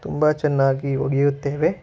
ತುಂಬ ಚೆನ್ನಾಗಿ ಒಗೆಯುತ್ತೇವೆ